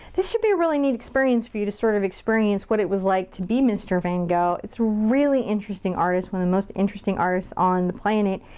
this should be a really neat experience for you to sort of experience what it was like to be mr. van gogh. it's really interesting artists. one of the most interesting artists on the planet.